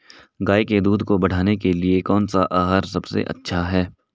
गाय के दूध को बढ़ाने के लिए कौनसा आहार सबसे अच्छा है?